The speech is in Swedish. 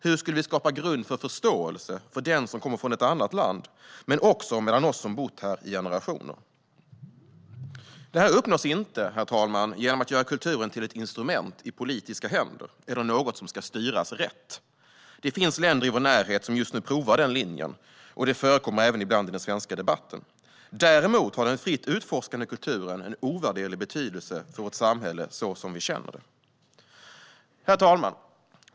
Hur skulle vi skapa grund för förståelse för den som kommer från ett annat land, men också mellan oss som bott här i generationer? Den förståelsen uppnås inte genom att göra kulturen till ett instrument i politiska händer eller till något som ska styras rätt. Det finns länder i vår närhet som just nu provar den linjen. Det förekommer även i den svenska debatten ibland. Däremot har den fritt utforskande kulturen ovärderlig betydelse för vårt samhälle, så som vi känner det. Herr talman!